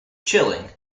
chilling